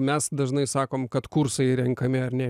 mes dažnai sakom kad kursai renkami ar ne